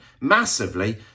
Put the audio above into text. massively